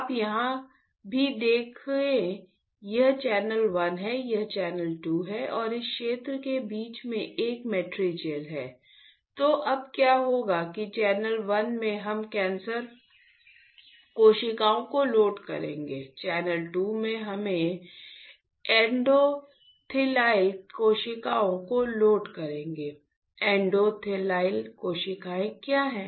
आप यहां भी देखें यह चैनल 1 है यह चैनल 2 है और इस क्षेत्र के बीच में एक मैत्रिजेल कोशिकाएं क्या हैं